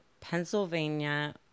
Pennsylvania